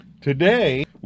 Today